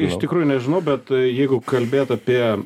iš tikrųjų nežinau bet jeigu kalbėt apie